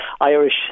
Irish